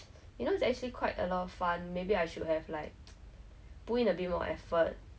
what is it called have two left feet kind of thing like !wah! very embarrassing especially since all my friends were like